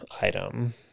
item